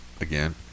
again